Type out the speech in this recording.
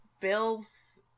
Bill's